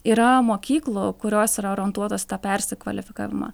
yra mokyklų kurios yra orientuotos į tą persikvalifikavimą